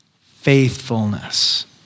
Faithfulness